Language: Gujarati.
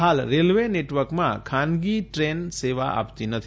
હાલ રેલવે નેટવર્કમાં ખાનગી ટ્રેન સેવા આપતી મથી